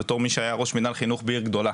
בתור מי שהיה ראש מינהל חינוך בעיר גדולה,